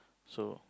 so